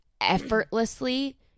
effortlessly